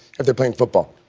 if they're playing football?